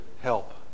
help